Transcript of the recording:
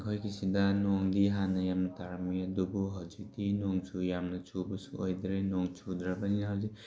ꯑꯩꯈꯣꯏꯒꯤ ꯁꯤꯗ ꯅꯣꯡꯗꯤ ꯍꯥꯟꯅ ꯌꯥꯝ ꯇꯥꯔꯝꯃꯤ ꯑꯗꯨꯕꯨ ꯍꯧꯖꯤꯛꯇꯤ ꯅꯣꯡꯁꯨ ꯌꯥꯝꯅ ꯆꯨꯕꯁꯨ ꯑꯣꯏꯗ꯭ꯔꯦ ꯅꯣꯡ ꯆꯨꯗ꯭ꯔꯕꯅꯤꯅ ꯍꯧꯖꯤꯛ